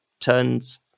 turns